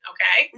Okay